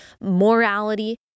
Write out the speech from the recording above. morality